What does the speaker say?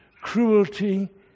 cruelty